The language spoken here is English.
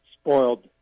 spoiled